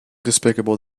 despicable